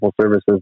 services